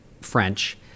French